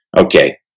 okay